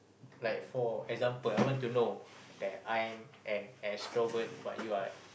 like four example I want to know that I am an extrovert but you are an